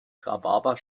rhabarber